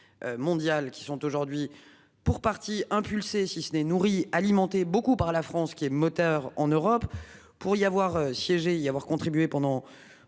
Mondiale qui sont aujourd'hui pour partie impulser si ce n'est nourri alimenté beaucoup par la France qui est moteur en Europe pour y avoir siégé y avoir contribué pendant